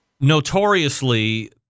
Notoriously